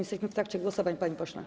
Jesteśmy w trakcie głosowań, panie pośle.